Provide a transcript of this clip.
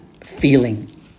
feeling